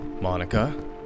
Monica